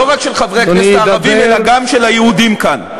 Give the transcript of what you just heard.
לא רק של חברי הכנסת הערבים אלא גם של היהודים כאן.